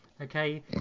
Okay